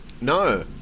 No